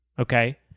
okay